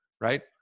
right